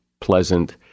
pleasant